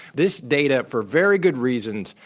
this data, for very good reasons,